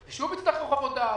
יצטרכו שוב חוות דעת.